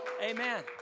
Amen